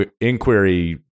inquiry